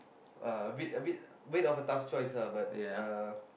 uh a bit a bit a bit of a tough choice lah but uh